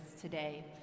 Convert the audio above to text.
today